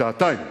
שעתיים